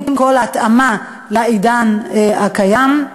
עם כל ההתאמה לעידן הקיים.